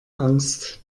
angst